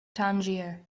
tangier